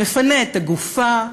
מפנה את הגופה,